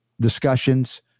discussions